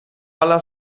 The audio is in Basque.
hala